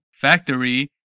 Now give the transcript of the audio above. Factory